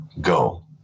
go